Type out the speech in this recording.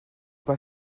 pas